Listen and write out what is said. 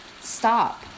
stop